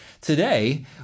today